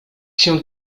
się